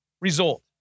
result